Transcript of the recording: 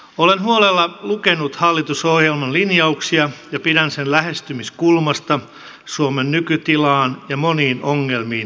olen huolella lukenut hallitusohjelman linjauksia ja pidän sen lähestymiskulmasta suomen nykytilaan ja moniin ongelmiin tarttumisesta